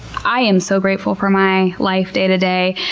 i am so grateful for my life day-to-day,